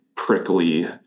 prickly